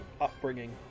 upbringing